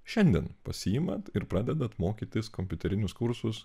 šiandien pasiimat ir pradedat mokytis kompiuterinius kursus